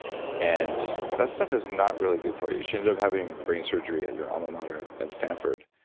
and that stuff is not really good for you. she ended up having brain surgery at your alma mater at at stanford.